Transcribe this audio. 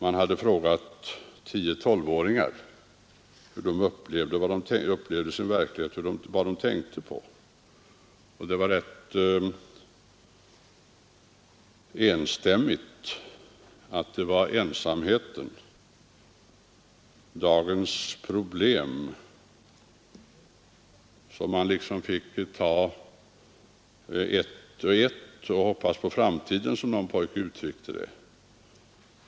Man hade frågat barn mellan tio och tolv år hur de upplevde sin verklighet och vad de tänkte på. De gav rätt enstämmigt uttryck för att det var ensamheten, dagens problem som man liksom fick ta ett och ett och hoppas på framtiden, som någon pojke uttryckte det.